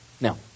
Now